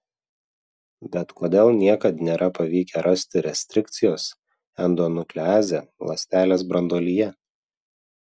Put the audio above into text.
bet kodėl niekad nėra pavykę rasti restrikcijos endonukleazę ląstelės branduolyje